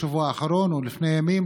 בשבוע האחרון או לפני כמה ימים,